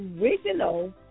original